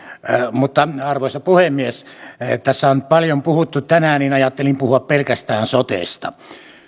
mutta arvoisa puhemies kun tässä on paljon puhuttu tänään niin ajattelin puhua pelkästään sotesta